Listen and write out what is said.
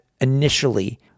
initially